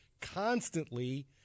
constantly